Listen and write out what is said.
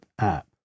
app